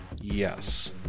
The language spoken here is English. Yes